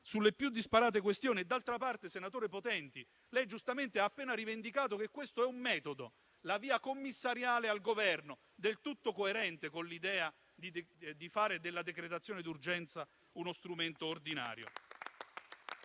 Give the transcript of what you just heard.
sulle più disparate questioni. D'altra parte, senatore Potenti, lei giustamente ha appena rivendicato che questo è un metodo: la via commissariale al Governo, del tutto coerente con l'idea di fare della decretazione d'urgenza uno strumento ordinario.